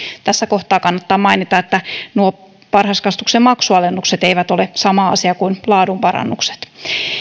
tässä kohtaa kannattaa mainita että varhaiskasvatuksen maksualennukset eivät ole sama asia kuin laadun parannukset